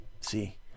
See